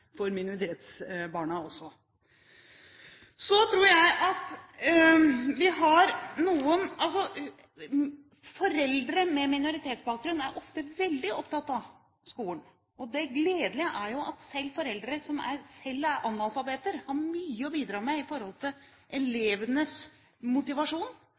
for minoritetsbarna også. Foreldre med minoritetsbakgrunn er ofte veldig opptatt av skolen. Det gledelige er jo at foreldre som selv er analfabeter, har mye å bidra med til elevenes motivasjon